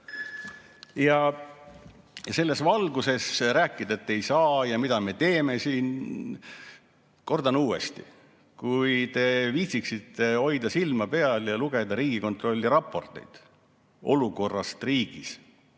Selles valguses rääkida, et ei saa ja mida me teeme siin ... Kordan uuesti: kui te viitsiksite hoida silma peal ja lugeda Riigikontrolli raporteid olukorrast riigis